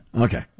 Okay